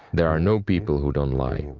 there are no people who don't lie.